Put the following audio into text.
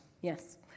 Yes